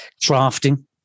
drafting